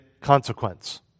consequence